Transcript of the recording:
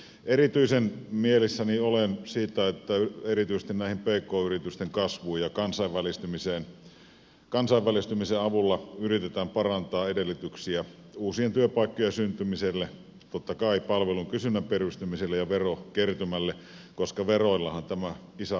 erityisen mielissäni olen siitä että erityisesti näiden pk yritysten kasvun ja kansainvälistymisen avulla yritetään parantaa edellytyksiä uusien työpaikkojen syntymiselle totta kai palvelujen kysynnän piristymiselle ja verokertymälle koska veroillahan tämä isävaltio tässä elää